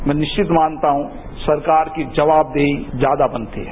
मैं निश्चित मानता हूं सरकार की जवाबदेही ज़्यादा बनती है